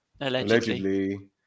Allegedly